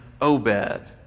Obed